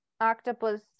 octopus